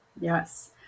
Yes